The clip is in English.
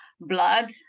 blood